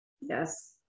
Yes